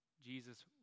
Jesus